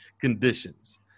conditions